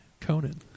Conan